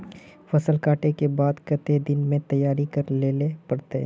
फसल कांटे के बाद कते दिन में तैयारी कर लेले पड़ते?